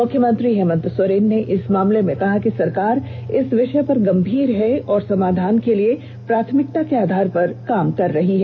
मुख्यमंत्री हेमन्त सोरेन ने इस मामले में कहा कि सरकार इस विषय पर गंभीर है और समाधान के लिए प्राथमिकता के आधार पर काम कर रही है